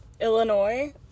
Illinois